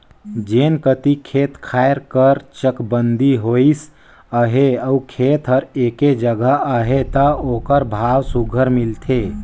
जेन कती खेत खाएर कर चकबंदी होइस अहे अउ खेत हर एके जगहा अहे ता ओकर भाव सुग्घर मिलथे